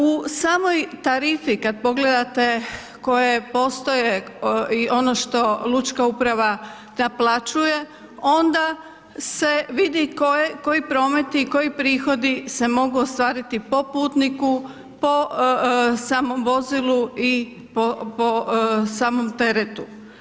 U samoj tarifi kad pogledate koje postoje i ono što lučka uprava naplaćuje, onda se vidi koji prometi i koji prihodi se mogu ostvariti po putniku, po samom vozilu i po samom teretu.